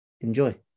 Enjoy